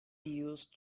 use